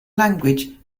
language